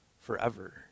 forever